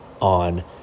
on